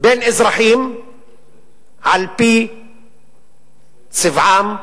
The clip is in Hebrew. בין אזרחים על-פי צבעם,